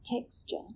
texture